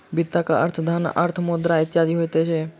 वित्तक अर्थ धन, अर्थ, मुद्रा इत्यादि होइत छै